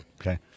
Okay